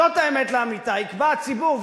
זאת האמת לאמיתה: יקבע הציבור,